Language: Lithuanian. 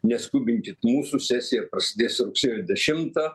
neskubinkit mūsų sesija prasidės rugsėjo dešimtą